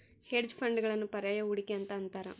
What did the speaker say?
hedge ಫಂಡ್ಗಳನ್ನು ಪರ್ಯಾಯ ಹೂಡಿಕೆ ಅಂತ ಅಂತಾರ